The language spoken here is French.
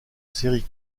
série